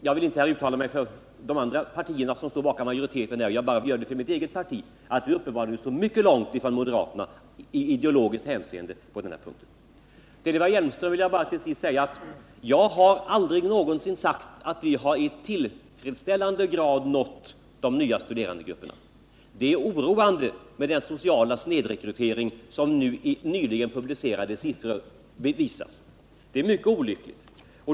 Jag vill inte uttala mig för de andra partierna som sluter upp bakom majoriteten, utan jag uttalar mig bara för mitt eget parti. Till sist vill jag till Eva Hjelmström säga att jag aldrig någonsin sagt att vi i tillfredsställande grad har nått de nya studerandegrupperna. Det är oroande och mycket olyckligt med den sociala snedrekrytering som nyligen publicerade siffror visar på.